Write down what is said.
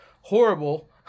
horrible